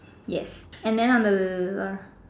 yes and then on the the